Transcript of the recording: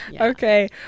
Okay